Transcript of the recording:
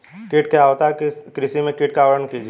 कीट क्या होता है कृषि में कीटों का वर्णन कीजिए?